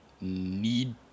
need